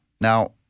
now